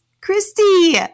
Christy